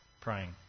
praying